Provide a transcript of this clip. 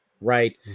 right